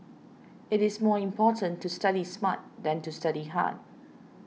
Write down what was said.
it is more important to study smart than to study hard